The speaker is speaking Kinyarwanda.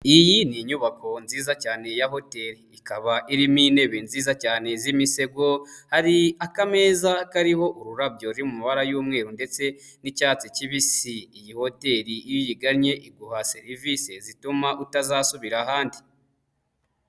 Iyi ni inyubako nziza cyane ya hoteli ikaba irimo intebe nziza cyane z'imitego, hari akameza kariho ururabyo ruri mu mabara y'umweru ndetse n'icyatsi kibisi, iyi hoteli iyo uyiganye iguha serivisi zituma utazasubira ahandi.